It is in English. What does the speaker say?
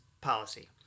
policy